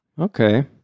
Okay